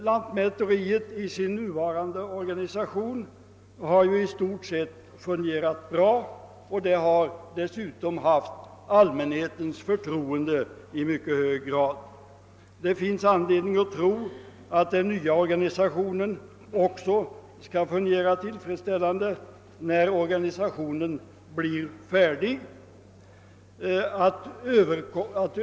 Lantmäteriet i sin nuvarande organisation har ju i stort sett fungerat bra och har dessutom haft allmänhetens förtroende i mycket hög grad. Det finns anledning att tro att den nya organisationen också skall fungera tillfredsställande när den blir färdig.